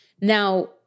Now